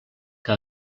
que